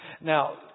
Now